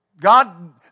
God